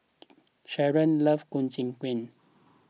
Cherryl loves Ku Chai Kuih